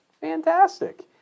Fantastic